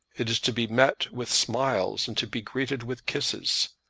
it is to be met with smiles, and to be greeted with kisses.